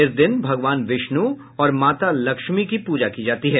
इस दिन भगवान विष्णु और माता लक्ष्मी की पूजा की जाती है